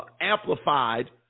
amplified